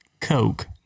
Coke